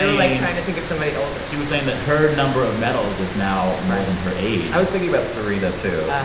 like, trying to think of somebody older she was saying that her number of medals is now more than her age i was thinking about serena too.